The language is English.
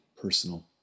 personal